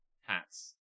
hats